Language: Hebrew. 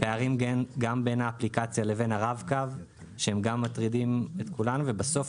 יש פערים בין האפליקציה והרב קו שמטרידים את כולנו ובסוף